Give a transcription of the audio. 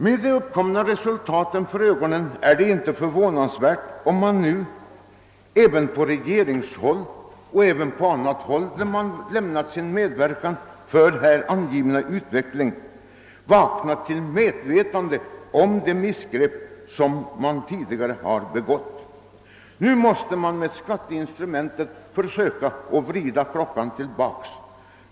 Med de uppkomna resultaten för ögonen finner jag det inte förvånande om man nu inom regeringen och på andra håll, där man lämnat sin medverkan till denna utveckling, har vaknat till medvetande om de misstag som tidigare begåtts. Nu måste man med skatteinstrumentets hjälp försöka vrida klockan tillbaka.